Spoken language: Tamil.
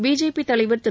பிஜேபி தலைவர் திரு